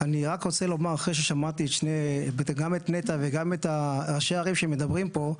אני רק רוצה לומר אחרי ששמעתי את נת"ע וגם את ראשי הערים שמדברים פה,